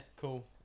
cool